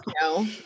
No